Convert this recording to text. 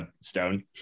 stone